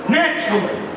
naturally